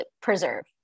preserve